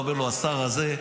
אומר לו: השר הזה,